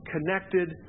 connected